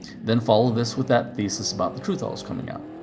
then follow this with that thesis about the truth always coming out.